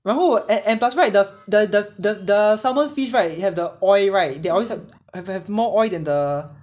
然后我 and and pass right the the the the the salmon fish right you have the oil right they always hav~ have more oil than the